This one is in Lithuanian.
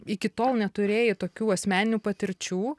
iki tol neturėjai tokių asmeninių patirčių